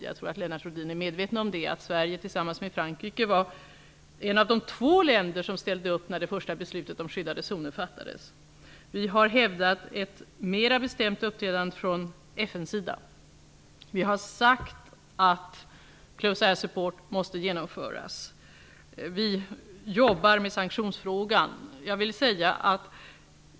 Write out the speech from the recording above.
Jag tror att Lennart Rohdin är medveten om att Sverige, tillsammans med Frankrike, är en av de två länder som ställde upp när det första beslutet om skyddade zoner fattades. Vi har hävdat ett mera bestämt uppträdande från FN:s sida. Vi har sagt att ''close air support'' måste genomföras. Vi jobbar med sanktionsfrågan.